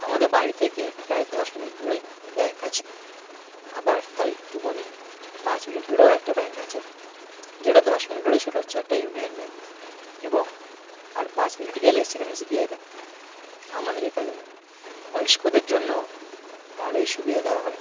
আমাদের বাড়ি থেকে প্রায় দশ মিনিট দূরেই ব্যাংক আছে আবার তার একটুখানি পাঁচ মিনিট দূরেও একটা ব্যাংক আছে যেটা দশ মিনিট দূরে সেটা হচ্ছে একটা ইউনিয়ন ব্যাংক এবং আর পাঁচ মিনিটে গেলে সেখানে এস বি আই ব্যাংক আমাদের এখানে বয়স্কদের জন্য ভালোই সুবিধা দেওয়া হয়